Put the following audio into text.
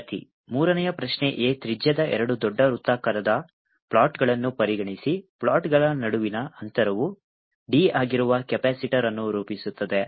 ವಿದ್ಯಾರ್ಥಿ ಮೂರನೆಯ ಪ್ರಶ್ನೆ A ತ್ರಿಜ್ಯದ ಎರಡು ದೊಡ್ಡ ವೃತ್ತಾಕಾರದ ಪ್ಲೇಟ್ಗಳನ್ನು ಪರಿಗಣಿಸಿ ಪ್ಲೇಟ್ಗಳ ನಡುವಿನ ಅಂತರವು d ಆಗಿರುವ ಕೆಪಾಸಿಟರ್ ಅನ್ನು ರೂಪಿಸುತ್ತದೆ